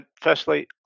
Firstly